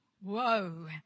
Whoa